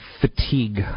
fatigue